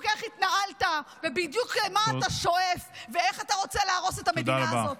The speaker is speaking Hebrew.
איך התנהלת ובדיוק למה אתה שואף ואיך אתה רוצה להרוס את המדינה הזאת.